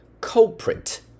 Culprit